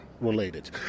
related